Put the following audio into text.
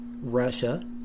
Russia